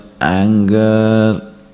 anger